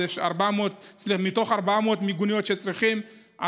מתוך 400 מיגוניות שצריכים,